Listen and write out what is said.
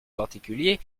particulier